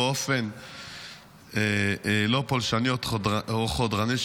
יילקחו באופן לא פולשני או חודרני,